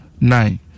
nine